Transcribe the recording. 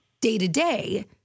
day-to-day